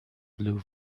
blue